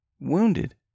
wounded